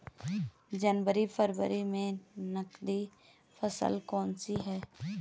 जनवरी फरवरी में नकदी फसल कौनसी है?